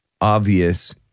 obvious